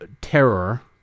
terror